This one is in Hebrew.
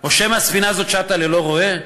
או שמא הספינה הזאת שטה ללא רועה?